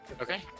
Okay